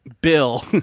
bill